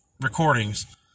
recordings